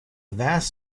vast